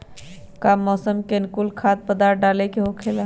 का मौसम के अनुकूल खाद्य पदार्थ डाले के होखेला?